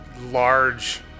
large